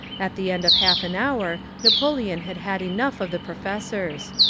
at the end of half an hour napoleon had had enough of the pro fessors.